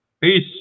Peace